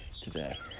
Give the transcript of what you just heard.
today